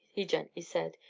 he gently said.